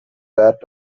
that